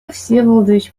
всеволодович